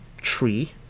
tree